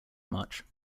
much